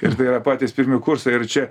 ir tai yra patys pirmi kursai ir čia